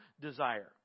Desire